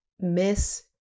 miss